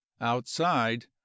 Outside